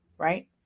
right